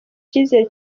icyizere